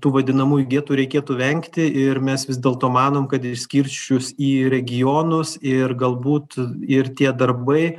tų vadinamųjų vietų reikėtų vengti ir mes vis dėlto manom kad išskirsčius į regionus ir galbūt ir tie darbai